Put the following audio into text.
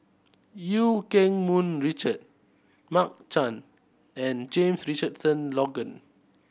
Eu Keng Mun Richard Mark Chan and James Richardson Logan